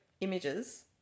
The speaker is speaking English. images